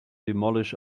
demolish